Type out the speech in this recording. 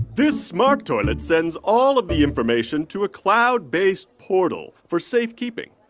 this smart toilet sends all of the information to a cloud-based portal for safekeeping